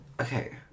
Okay